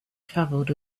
travelled